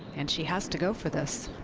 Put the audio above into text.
and she has to go for this.